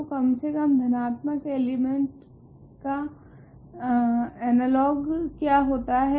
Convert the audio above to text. तो कम से कम धनात्मक एलिमेंट का अनलोगुए क्या होता है